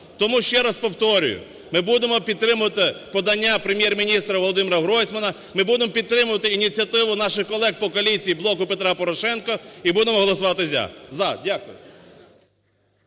Тому, ще раз повторюю, ми будемо підтримувати подання Прем'єр-міністра Володимира Гройсмана, ми будемо підтримувати ініціативу наших колег по коаліції "Блоку Петра Порошенка" і будемо голосувати "за".